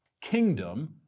Kingdom